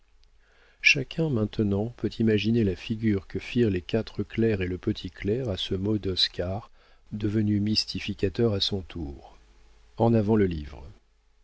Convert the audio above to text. chacun maintenant peut imaginer la figure que firent les quatre clercs et le petit clerc à ce mot d'oscar devenu mystificateur à son tour en avant le livre